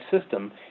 system